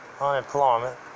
unemployment